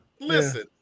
Listen